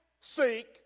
seek